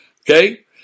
Okay